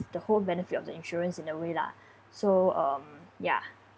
the whole benefit of the insurance in a way lah so um ya